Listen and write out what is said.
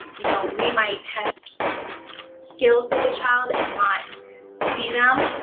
you know, we might test skills with a child and not see them,